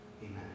Amen